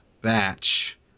batch